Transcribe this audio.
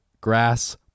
grass